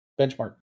Benchmark